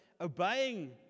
obeying